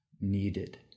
needed